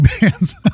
bands